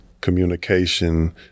communication